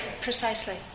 Precisely